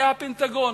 זה הפנטגון.